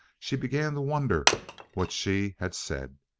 she began to wonder what she had said.